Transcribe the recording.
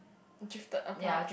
drifted apart